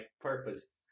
purpose